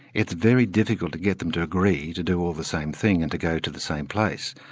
it's very difficult to get them to agree to do all the same thing and to go to the same place.